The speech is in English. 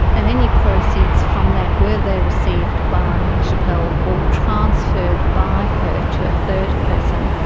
and any proceeds from that, were they received by schapelle or transferred by her to a third person,